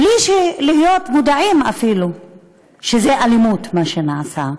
בלי להיות מודעים אפילו שזה אלימות, מה שנעשה.